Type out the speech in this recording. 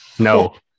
No